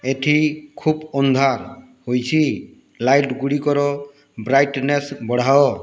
ଏଠି ଖୁବ ଅନ୍ଧାର ହୋଇଛି ଲାଇଟ୍ ଗୁଡ଼ିକର ବ୍ରାଇଟନେସ୍ ବଢ଼ାଅ